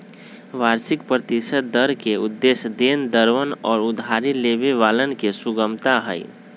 वार्षिक प्रतिशत दर के उद्देश्य देनदरवन और उधारी लेवे वालन के सुगमता हई